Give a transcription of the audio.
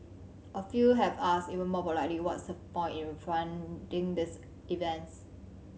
a few have asked even more pointedly what's the point in funding these events